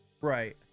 Right